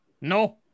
No